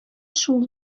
шул